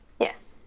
Yes